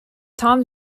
tom